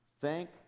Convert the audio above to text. Thank